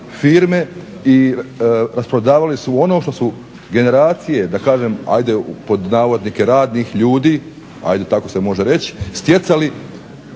firme i rasprodavali su ono što su generacije, da kažem hajde pod navodnike radnih ljudi, hajde tako se može reći stjecali